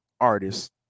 artist